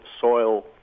soil